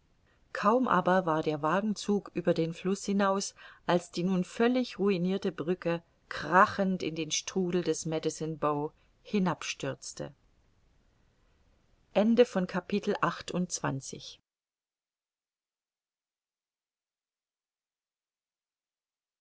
kaum aber war der wagenzug über den fluß hinaus als die nun völlig ruinirte brücke krachend in den strudel des medecine bow hinabstürzte